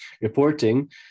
reporting